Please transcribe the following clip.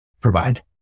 provide